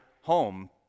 home